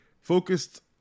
focused